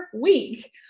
week